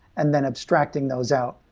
and then abstracting those out.